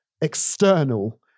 external